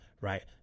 Right